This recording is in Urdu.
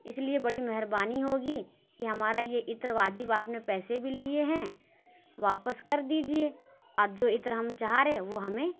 اس لیے بڑی مہربانی ہوگی کہ ہمارا یہ عطر واجب آپ نے پیسے بھی لیے ہیں واپس کر دیجیے اب جو عطر ہم چاہ رہے وہ ہمیں